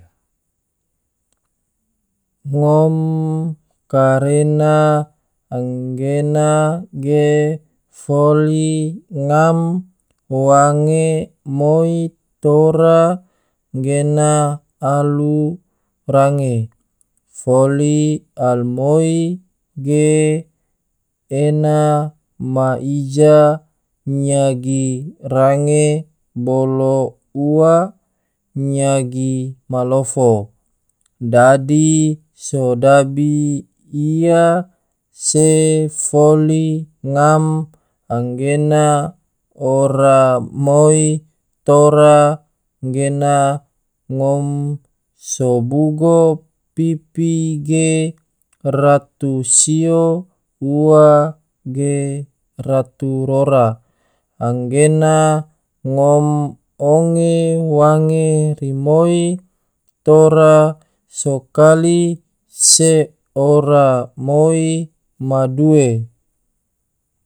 Ngom karena anggena ge foli ngam wange moi tora gena alurange, foli almoi ge ena ma ija nyagi range bolo ua nyagi malofo, dadi sodabi ia se foli ngam anggena ora moi tora gena ngom so bugo pipi ge ratu sio ua ge ratu rora, anggena ngom onge wange rimoi tora so kali se ora moi ma due.